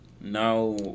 now